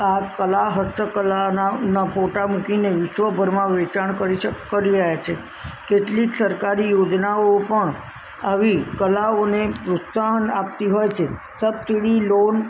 આ કળા હસ્તકળાનાં ફોટા મૂકીને વિશ્વભરમાં વેચાણ કરી કરી રહ્યાં છે કેટલીક સરકારી યોજનાઓ પણ આવી કળાઓને પ્રોત્સાહન આપતી હોય છે સબચિડી લોન